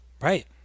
Right